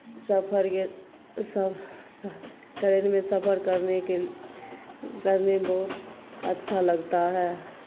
سفر کے ٹرین میں سفر کرنے کے کرنے میں بہت اچھا لگتا ہے